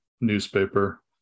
newspaper